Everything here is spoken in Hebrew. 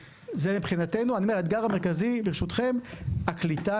מבחינתנו, האתגר המרכזי להתמודדות יחד זה הקליטה,